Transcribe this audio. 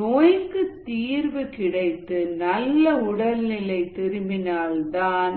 நோய்க்கு தீர்வு கிடைத்து நல்ல உடல் நிலை திரும்பினால் தான்